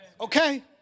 Okay